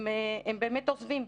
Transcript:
הם באמת עוזבים.